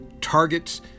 targets